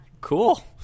Cool